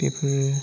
बेफोरो